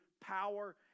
power